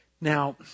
Now